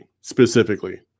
specifically